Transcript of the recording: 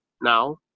now